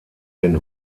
den